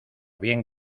bien